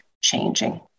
changing